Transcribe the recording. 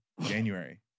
January